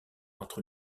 entre